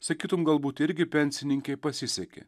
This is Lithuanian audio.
sakytumei galbūt irgi pensininkai pasisekė